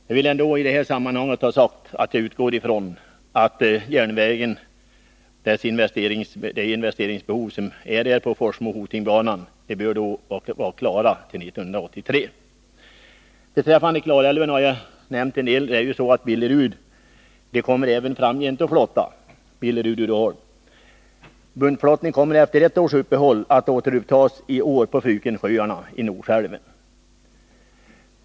Jag vill ändå i detta sammanhang ha sagt att jag utgår ifrån att järnvägslinjen Forsmo-Hoting kan vara upprustad och klar till 1983. Jag vill nämna att Billerud kommer att även framgent fortsätta flottningen på Klarälven. Buntflottning kommer efter ett års uppehåll att återupptas i år på Frykensjöarna/Norsälven.